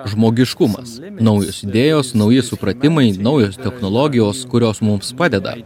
žmogiškumas naujos idėjos nauji supratimai naujos technologijos kurios mums padeda